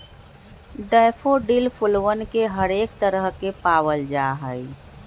daffodil फूलवन के हरेक तरह के पावल जाहई